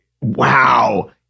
wow